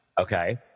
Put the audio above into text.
Okay